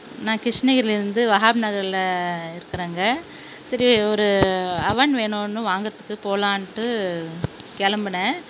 நான் கிருஷ்ணகிரியில் வந்து வஹாப் நகர்ல இருக்கிறேங்க சரி ஒரு அவன் வேணும்னு வாங்குகிறதுக்கு போகலாண்ட்டு கிளம்புனேன்